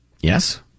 Yes